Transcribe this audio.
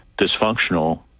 dysfunctional